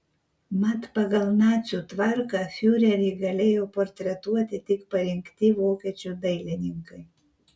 mat pagal nacių tvarką fiurerį galėjo portretuoti tik parinkti vokiečių dailininkai